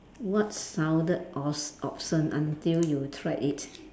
what sounded awes~ awesome until you try it